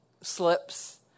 slips